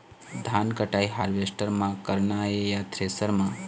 धान कटाई हारवेस्टर म करना ये या थ्रेसर म?